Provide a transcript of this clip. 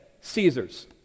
Caesar's